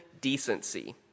decency